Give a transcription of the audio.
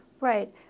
Right